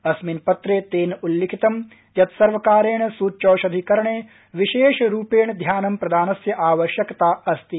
अस्मिन् पत्र तव्व उल्लिखितं यत् सर्वकारण सूच्यौषधिकरण विशष्ठरूपत्रा ध्यानं प्रदानस्य आवश्यकता अस्ति